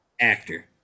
actor